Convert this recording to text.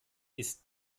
ist